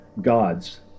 gods